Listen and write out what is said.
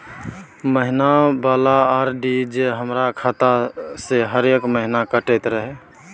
महीना वाला आर.डी जे हमर खाता से हरेक महीना कटैत रहे?